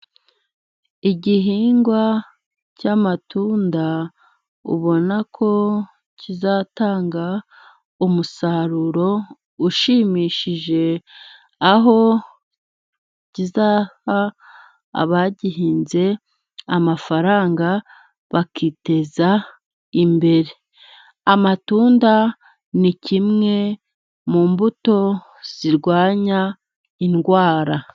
Igihingwa cy'amatunda ubona ko kizatanga umusaruro ushimishije, aho kizaha abagihinze amafaranga bakiteza imbere, amatunda ni kimwe mu mbuto zirwanya indwara.